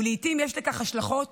ולעיתים יש לכך השלכות